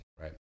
right